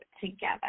together